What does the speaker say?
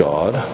God